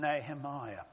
Nehemiah